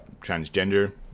transgender